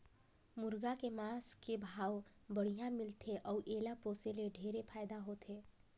मुरगा के मांस के भाव बड़िहा मिलथे अउ एला पोसे ले ढेरे फायदा होथे